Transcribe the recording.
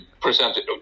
presented